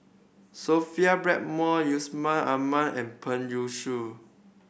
Sophia Blackmore Yusman Aman and Peng Yuyun